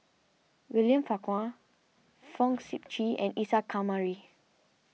William Farquhar Fong Sip Chee and Isa Kamari